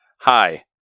Hi